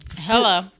Hello